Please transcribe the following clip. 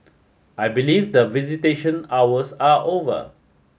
I believe that visitation hours are over